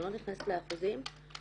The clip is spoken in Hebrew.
אני לא נכנסת לאחוזים,